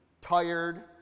tired